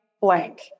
blank